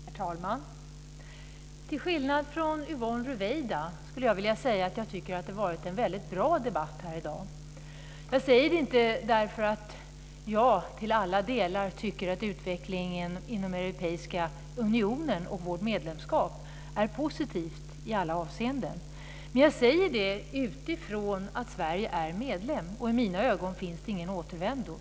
Herr talman! Till skillnad från Yvonne Ruwaida skulle jag vilja säga att jag tycker att det har varit en väldigt bra debatt här i dag. Det säger jag inte för att jag tycker att utvecklingen av Europeiska unionen och vårt medlemskap är positiv i alla avseenden, men jag säger det utifrån att Sverige är medlem. I mina ögon finns det ingen återvändo.